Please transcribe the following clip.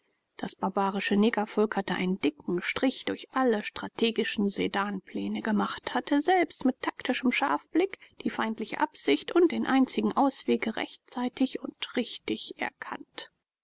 das barbarische negervolk hatte einen dicken strich durch alle strategischen sedanpläne gemacht hatte selbst mit taktischem scharfblick die feindliche absicht und den einzigen ausweg rechtzeitig und richtig erkannt